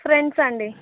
friends అండి